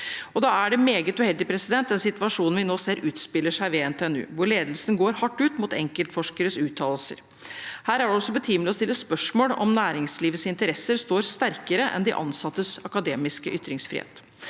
Da er den situasjonen vi nå ser utspille seg ved NTNU, hvor ledelsen går hardt ut mot enkeltforskeres uttalelser, meget uheldig. Her er det også betimelig å stille spørsmålet om næringslivets interesser står sterkere enn de ansattes akademiske ytringsfrihet.